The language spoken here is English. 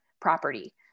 property